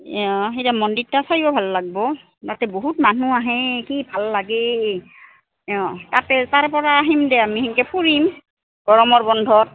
অঁ সেইদিনা মন্দিৰ এটা চায়ো ভাল লাগিব তাকে বহুত মানুহ আহে কি ভাল লাগেই অঁ তাতে তাৰপৰা আহিম দে আমি সেনেকে ফুৰিম গৰমৰ বন্ধত